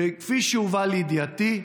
כפי שהובא לידיעתי,